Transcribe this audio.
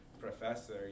professor